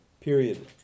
period